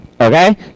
Okay